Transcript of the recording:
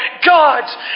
God's